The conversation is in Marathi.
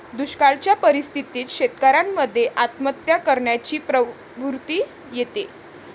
दुष्काळयाच्या परिस्थितीत शेतकऱ्यान मध्ये आत्महत्या करण्याची प्रवृत्ति येते